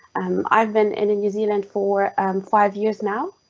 i've been in new zealand for um five years now,